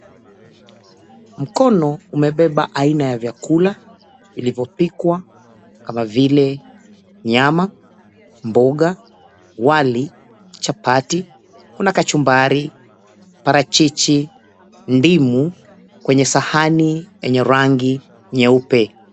Mkono umebeba aina ya vyakula vilivyopikwa kama vile nyama, mboga, wali, chapati, kuna kachumbari, parachichi, ndimu, kwenye sahani yenye rangi nyeupe.